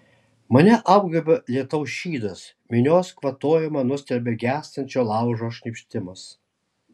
mane apgaubia lietaus šydas minios kvatojimą nustelbia gęstančio laužo šnypštimas